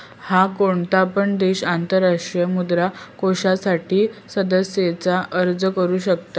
हा, कोणतो पण देश आंतरराष्ट्रीय मुद्रा कोषासाठी सदस्यतेचो अर्ज करू शकता